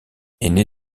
aîné